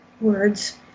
words